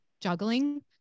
juggling